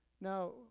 Now